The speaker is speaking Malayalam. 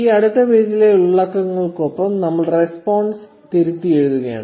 ഈ അടുത്ത പേജിലെ ഉള്ളടക്കങ്ങൾക്കൊപ്പം നമ്മൾ റെസ്പോൺസ് തിരുത്തിയെഴുതുകയാണ്